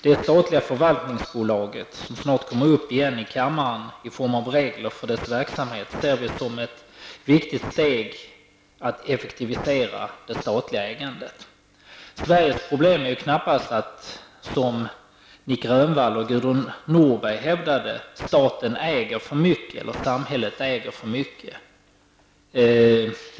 Det statliga förvaltningsbolaget -- som snart kommer upp igen i kammaren när det gäller regler för dess verksamhet -- ser vi som ett viktigt steg att effektivisera det statliga ägandet. Sveriges problem är knappast, som Nic Grönvall och Gudrun Norberg hävdade, att staten eller samhället äger för mycket.